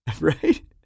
Right